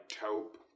taupe